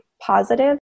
positive